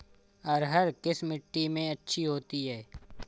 अरहर किस मिट्टी में अच्छी होती है?